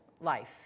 life